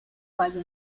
valle